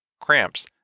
cramps